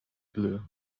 blue